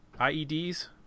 IEDs